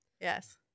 yes